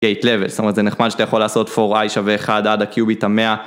גייט לבל, זאת אומרת זה נחמד שאתה יכול לעשות 4i שווה 1 עד הקיוביט המאה